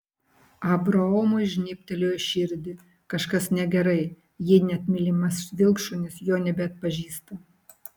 abraomui žnybtelėjo širdį kažkas negerai jei net mylimas vilkšunis jo nebeatpažįsta